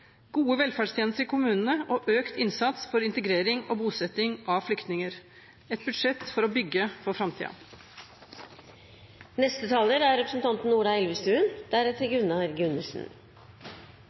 gode velferdstjenester i kommunene og økt innsats for integrering og bosetting av flyktninger – et budsjett for å bygge for framtiden! Denne debatten pågår samtidig med klimaforhandlingene i Paris, og det er